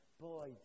boy